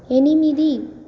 ఎనిమిది